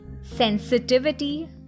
sensitivity